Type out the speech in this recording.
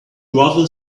rather